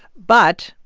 but,